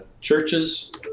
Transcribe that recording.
churches